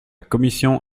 commission